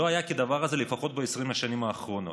לא היה כדבר הזה, לפחות ב-20 השנים האחרונות.